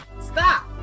stop